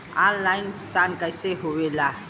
Online भुगतान कैसे होए ला?